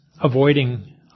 avoiding